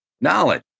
Knowledge